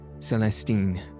Celestine